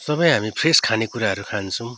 सबै हामी फ्रेस खानेकुराहरू खान्छौँ